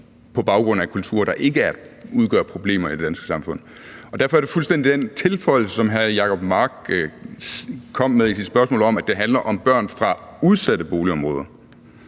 på baggrund af kulturer, der ikke udgør problemer i det danske samfund. Derfor er den tilføjelse, som hr. Jacob Mark kom med i sit spørgsmål om, at det handler om børn fra udsatte boligområder,